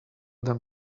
them